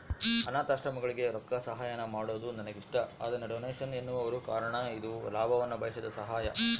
ಅನಾಥಾಶ್ರಮಗಳಿಗೆ ರೊಕ್ಕಸಹಾಯಾನ ಮಾಡೊದು ನನಗಿಷ್ಟ, ಅದನ್ನ ಡೊನೇಷನ್ ಎನ್ನುವರು ಕಾರಣ ಇದು ಲಾಭವನ್ನ ಬಯಸದ ಸಹಾಯ